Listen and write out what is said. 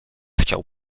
chciał